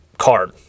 card